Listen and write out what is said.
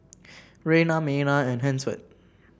Rayna Maynard and Hansford